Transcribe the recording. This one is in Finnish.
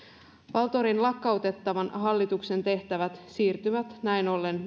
valtorin lakkautettavan hallituksen tehtävät siirtyvät näin ollen